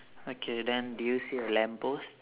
okay then do you see a lamp post